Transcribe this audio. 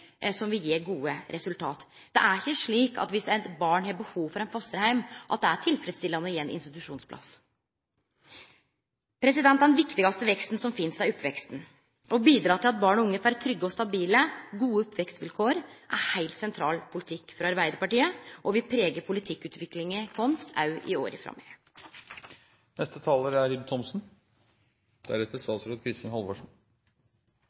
sa, vil ha ein rekrutteringsstrategi som vil gje gode resultat. Dersom eit barn har behov for ein fosterheim, er det ikkje tilfredsstillande å gje ein institusjonsplass. Den viktigaste veksten som finst, er oppveksten. Å bidra til at barn og unge får trygge, stabile og gode oppvekstvilkår, er ein heilt sentral politikk for Arbeidarpartiet og vil prege politikkutviklinga vår òg i åra framover. Det er